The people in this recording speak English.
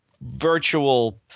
virtual